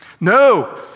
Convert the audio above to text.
No